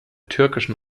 türkischen